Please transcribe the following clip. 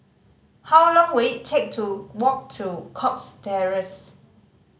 how long will it take to walk to Cox Terrace